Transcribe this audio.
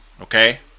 Okay